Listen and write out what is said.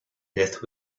death